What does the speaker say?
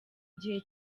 gihe